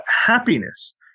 happiness